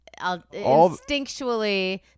instinctually